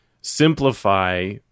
simplify